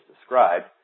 described